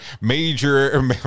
major